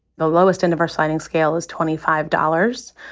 the lowest end of our sliding scale is twenty five dollars,